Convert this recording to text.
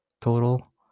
total